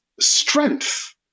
Strength